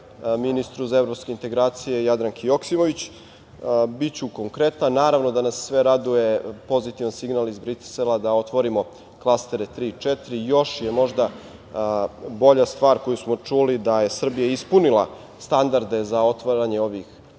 ministru za evropske integracije Jadranki Joksimović. Biću konkretan. Naravno da nas sve raduje pozitivan signal iz Brisela da otvorimo klastere tri i četiri i još je možda bolja stvar koju smo čuli da je Srbija ispunila standarde za otvaranje ovih